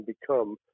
become